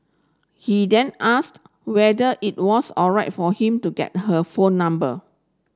he then asked whether it was alright for him to get her phone number